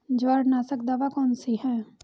जवार नाशक दवा कौन सी है?